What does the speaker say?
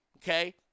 Okay